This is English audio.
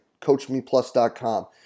coachmeplus.com